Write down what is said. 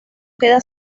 queda